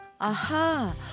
Aha